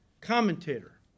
commentator